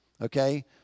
okay